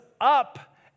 up